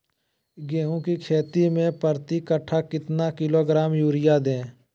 गेंहू की खेती में प्रति कट्ठा कितना किलोग्राम युरिया दे?